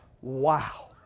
Wow